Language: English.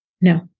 No